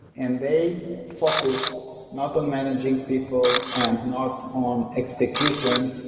and they focus not on managing people and not on execution,